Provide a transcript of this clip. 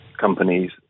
companies